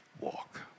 walk